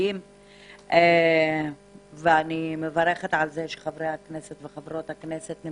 אני מברכת על הימצאות חבריי הכנסת בדיון זה.